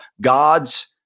God's